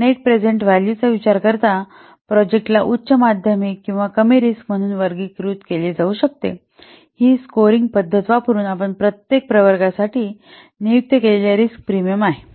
net present व्हॅलूचा विचार करता प्रोजेक्टला उच्च माध्यमिक किंवा कमी रिस्क म्हणून वर्गीकृत केले जाऊ शकते हे स्कोअरिंग पद्धत वापरुन आणि प्रत्येक प्रवर्गासाठी नियुक्त केलेले रिस्क प्रीमियम आहे